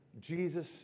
Jesus